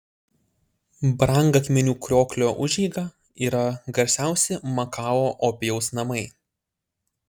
brangakmenių krioklio užeiga yra garsiausi makao opijaus namai